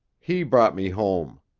he brought me home.